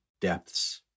depths